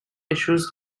issues